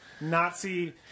Nazi